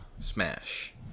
Smash